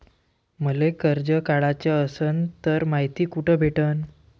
मले कर्ज काढाच असनं तर मायती कुठ भेटनं?